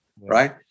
right